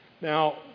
Now